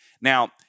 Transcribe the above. Now